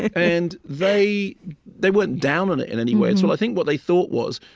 and they they weren't down on it in any way. so i think what they thought was,